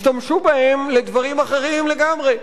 השתמשו בהם לדברים אחרים לגמרי,